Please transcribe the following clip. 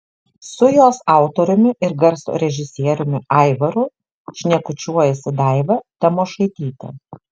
su jos autoriumi ir garso režisieriumi aivaru šnekučiuojasi daiva tamošaitytė